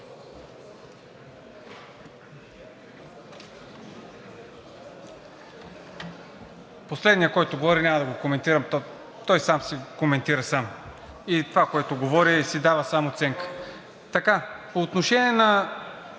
Последният, който говори, няма да го коментирам, той сам си коментира и това, което говори, си дава сам оценка. По отношение на